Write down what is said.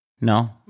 no